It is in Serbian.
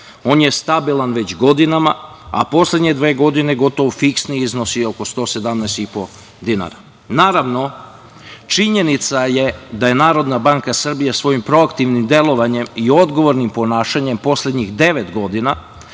On je stabilan već godinama, a poslednje dve godine gotovo fiksni i iznosi oko 117,5 dinara. Činjenica je da je Narodna banka Srbije svojim proaktivnim delovanjem i odgovornim ponašanjem poslednjih devet godina